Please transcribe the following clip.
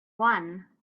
one